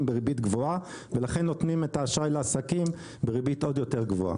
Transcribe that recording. בריבית גבוהה ולכן נותנים את האשראי לעסקים בריבית עוד יותר גבוהה.